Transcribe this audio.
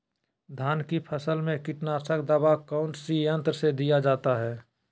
धान की फसल में कीटनाशक दवा कौन सी यंत्र से दिया जाता है?